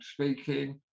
speaking